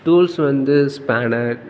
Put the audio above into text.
tools வந்து spanner